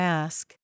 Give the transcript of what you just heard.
ask